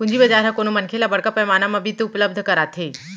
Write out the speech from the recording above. पूंजी बजार ह कोनो मनखे ल बड़का पैमाना म बित्त उपलब्ध कराथे